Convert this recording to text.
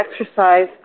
exercise